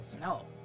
No